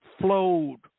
flowed